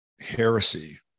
heresy